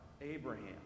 Abraham